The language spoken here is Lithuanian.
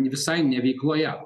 visai ne veikloje